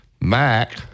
Mac